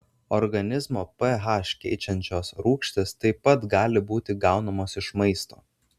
organizmo ph keičiančios rūgštys taip pat gali būti gaunamos iš maisto